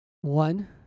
One